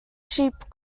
sheep